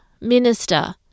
Minister